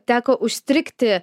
teko užstrigti